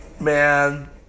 man